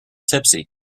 tipsy